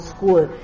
School